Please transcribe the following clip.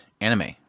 anime